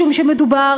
משום שמדובר,